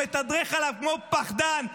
מתדרך עליו כמו פחדן,